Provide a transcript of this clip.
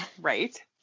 Right